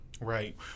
right